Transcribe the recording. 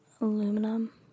aluminum